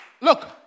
Look